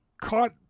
caught